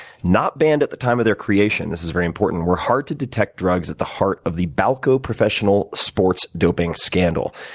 not banned at the time of their creation this is very important were hard to detect drugs at the heart of the balco professional sports doping scandal,